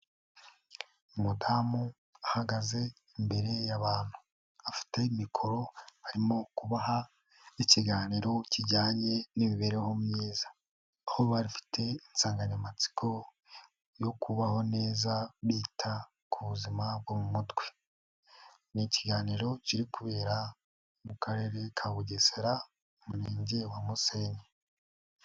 Umudamu ahagaze imbere y'abantu, afite mikoro arimo kubaha ikiganiro kijyanye n'imibereho myiza, aho bari bafite insanganyamatsiko yo kubaho neza bita ku buzima bwo mu mutwe; ni ikiganiro kiri kubera mu Karere ka Bugesera mu Murenge wa Musenyi.